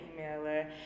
emailer